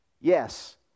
yes